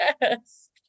Yes